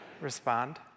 Respond